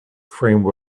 pronounced